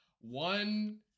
one